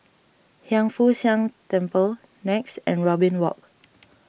Hiang Foo Siang Temple Nex and Robin Walk